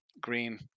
Green